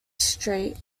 street